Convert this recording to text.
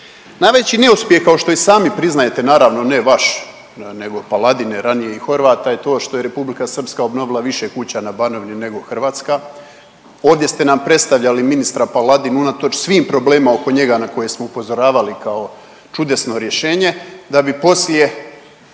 Najveći neuspjeh kao što i sami priznajete, naravno ne vaš nego Paladina ranije i Horvata je to što je Republika Srpska obnovila više kuća na Banovini nego Hrvatska. Ovdje ste nam predstavljali ministra Paladina unatoč svim problemima oko njega na koje smo upozoravali kao čudesno rješenje da bi poslije